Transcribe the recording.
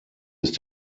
ist